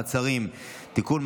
מעצרים) (תיקון,